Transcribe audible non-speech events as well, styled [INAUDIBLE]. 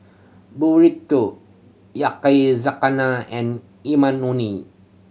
Burrito Yakizakana and [UNINTELLIGIBLE]